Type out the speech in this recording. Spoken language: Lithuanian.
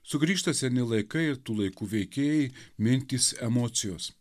sugrįžta seni laikai ir tų laikų veikėjai mintys emocijos